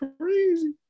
crazy